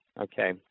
Okay